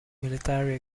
military